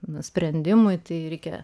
nusprendimui tai reikia